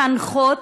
מחנכות,